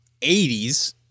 80s